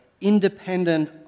independent